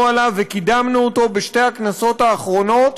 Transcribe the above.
עליו וקידמנו אותו בשתי הכנסות האחרונות,